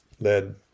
led